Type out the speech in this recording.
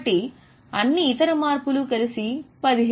కాబట్టి అన్ని ఇతర మార్పులు కలిసి 1700